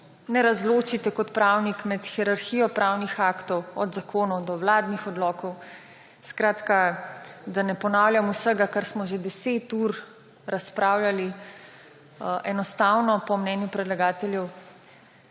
ne razločite kot pravnik med hierarhijo pravnih aktov, od zakonov do vladnih odlokov. Skratka, da ne ponavljam vsega, kar smo že 10 ur razpravljali, enostavno po mnenju predlagateljev